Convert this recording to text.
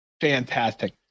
Fantastic